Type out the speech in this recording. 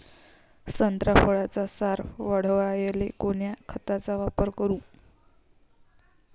संत्रा फळाचा सार वाढवायले कोन्या खताचा वापर करू?